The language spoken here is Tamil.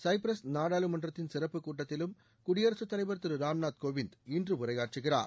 சைப்ரஸ் நாடாளுமன்றத்தின் சிறப்புக் கூட்டத்திலும் குடியரசுத் தலைவர் திரு ராம்நாத் கோவிந்த் இன்று உரையாற்றுகிறார்